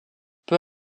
peu